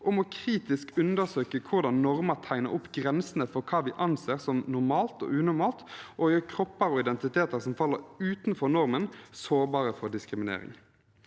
om å kritisk undersøke hvordan normer tegner opp grensene for hva vi anser som normalt og unormalt, og gjør kropper og identiteter som faller utenfor normen, sårbare for diskriminering.